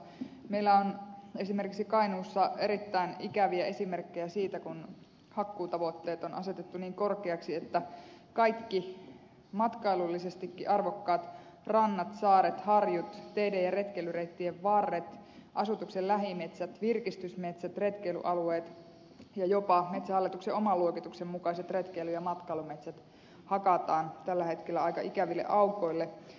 meillä on esimerkiksi kainuussa erittäin ikäviä esimerkkejä siitä kun hakkuutavoitteet on asetettu niin korkeiksi että kaikki matkailullisestikin arvokkaat rannat saaret harjut teiden ja retkeilyreittien varret asutuksen lähimetsät virkistysmetsät retkeilyalueet ja jopa metsähallituksen oman luokituksen mukaiset retkeily ja matkailumetsät hakataan tällä hetkellä aika ikäville aukoille